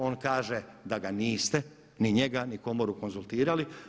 On kaže da ga niste ni njega, ni komoru konzultirali.